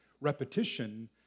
repetition